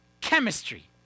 chemistry